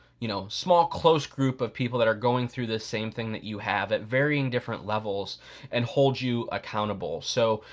you know small close group of people that are going through that same thing that you have at varying different levels and hold you accountable. so,